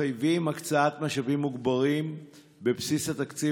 מחייבים הקצאת משאבים מוגברים בבסיס התקציב